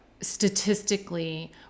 Statistically